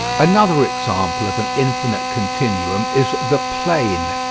another example of an infinite continuum is the plane.